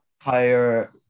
Higher